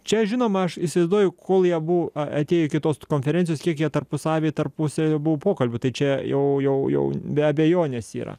čia žinoma aš įsivaizduoju kol jie abu a atėjo iki tos konferencijos kiek jie tarpusavyje tarpusavyje buvo pokalbių tai čia jau jau jau be abejonės yra